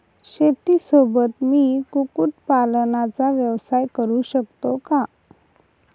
शेतीसोबत मी कुक्कुटपालनाचा व्यवसाय करु शकतो का?